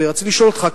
ורציתי לשאול אותך,